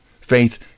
Faith